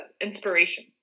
inspiration